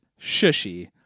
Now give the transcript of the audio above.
shushy